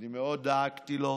אני מאוד דאגתי לו.